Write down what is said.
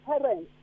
parents